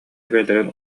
бэйэлэрин